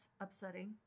upsetting